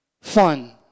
fun